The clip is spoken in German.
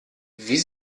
wie